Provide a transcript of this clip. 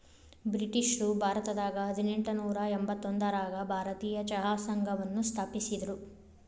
ಬ್ರಿಟಿಷ್ರು ಭಾರತದಾಗ ಹದಿನೆಂಟನೂರ ಎಂಬತ್ತೊಂದರಾಗ ಭಾರತೇಯ ಚಹಾ ಸಂಘವನ್ನ ಸ್ಥಾಪಿಸಿದ್ರು